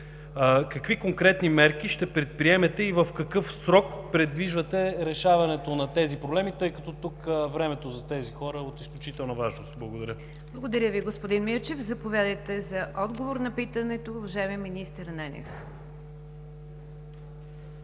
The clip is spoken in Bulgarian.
Какви конкретни мерки ще предприемете и в какъв срок предвиждате решаването на тези проблеми, тъй като тук времето за тези хора е от изключителна важност? Благодаря. ПРЕДСЕДАТЕЛ НИГЯР ДЖАФЕР: Благодаря Ви, господин Мирчев. Заповядайте за отговор на питането, уважаеми министър Ананиев.